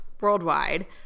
worldwide